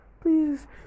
please